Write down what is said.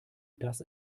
dass